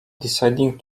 deciding